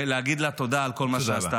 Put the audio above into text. ולהגיד לה תודה על כל מה שעשתה.